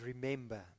remember